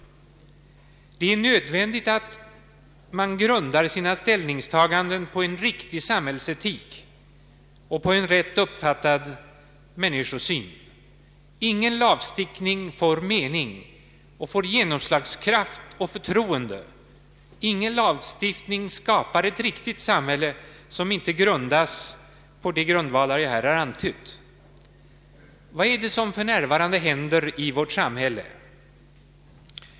Det är nödvändigt att man grundar sina ställningstaganden på en riktig samhällsetik och på en rätt uppfattad människosyn. Ingen lagstiftning får mening och genomslagskraft och förtroende och ingen lagstiftning skapar ett riktigt samhälle som inte baseras på de grundvalar jag här har antytt. Vad är det som för närvarande händer i vårt samhälle?